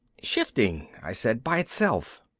shifting, i said. by itself.